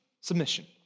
submission